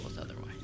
otherwise